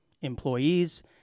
employees